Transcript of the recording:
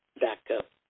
backup